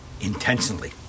intentionally